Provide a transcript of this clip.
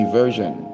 version